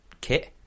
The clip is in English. kit